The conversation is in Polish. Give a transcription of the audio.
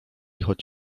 choć